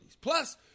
Plus